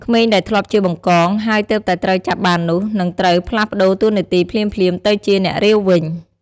ក្មេងដែលធ្លាប់ជា បង្កង ហើយទើបតែត្រូវចាប់បាននោះ នឹងត្រូវ ផ្លាស់ប្តូរតួនាទីភ្លាមៗ ទៅជា អ្នករាវ វិញ។